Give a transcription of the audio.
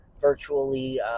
virtually